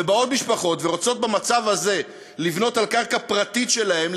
ובאות משפחות ורוצות במצב הזה לבנות על קרקע פרטית שלהן,